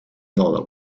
dollar